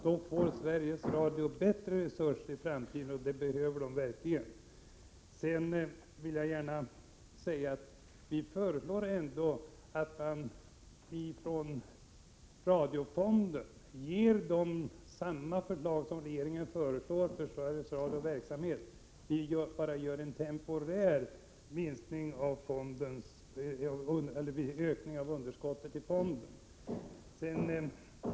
Då får Sveriges Radio bättre resurser i framtiden, och det behövs verkligen. Vi föredrar att man ger radiofonden det som regeringen har föreslagit för Sveriges Radios verksamhet. Vi vill bara åstadkomma en temporär ökning av underskottet i fonden.